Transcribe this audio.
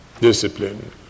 discipline